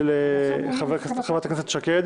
חברת הכנסת שקד